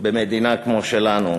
במדינה כמו שלנו.